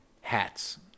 hats